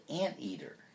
anteater